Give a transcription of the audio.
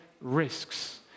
risks